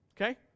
Okay